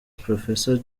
professor